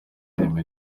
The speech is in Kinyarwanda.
ireme